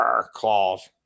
Claws